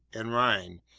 and rhine,